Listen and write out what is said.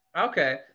Okay